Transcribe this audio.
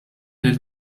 lil